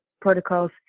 protocols